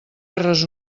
erres